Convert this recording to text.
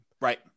Right